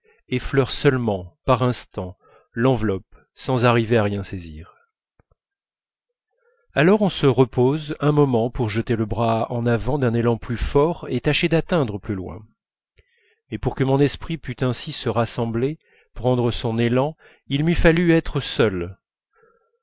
effleurent seulement par instant l'enveloppe sans arriver à rien saisir alors on se repose un moment pour jeter le bras en avant d'un élan plus fort et tâcher d'atteindre plus loin mais pour que mon esprit pût ainsi se rassembler prendre son élan il m'eût fallu être seul